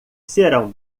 serão